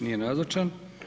Nije nazočan.